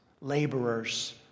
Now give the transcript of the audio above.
laborers